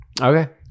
Okay